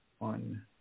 on